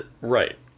right